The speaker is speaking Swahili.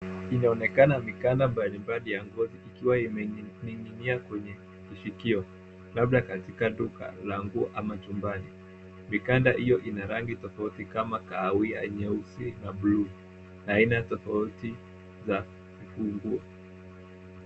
Inaonekana mikanda mbalimbali ya nguo ikiwa imening'inia kwenye kishikio labda katika duka la nguo ama chumbani. Mikanda hiyo ina rangi tofauti kama kahawia, nyeusi na buluu na aina tofauti za vifunguo.